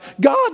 God